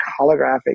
holographic